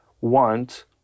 want